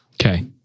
Okay